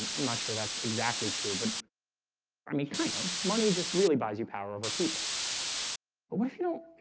i'm not sure that's exactly true. but i mean kind of money just really buys you power over people but if you don't